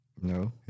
No